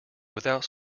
without